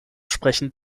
sprechen